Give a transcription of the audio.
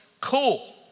cool